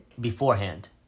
Beforehand